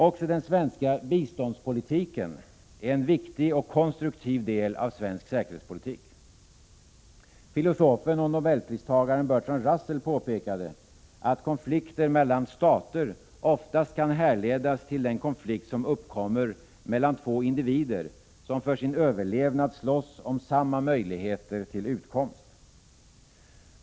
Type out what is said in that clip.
Också den svenska biståndspolitiken är en viktig och konstruktiv del av svensk säkerhetspolitik. Filosofen och nobelpristagaren Bertrand Russel påpekade att konflikter mellan stater oftast kan härledas till den konflikt som uppkommer mellan två individer, som för sin överlevnad slåss om samma möjligheter till utkomst.